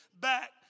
back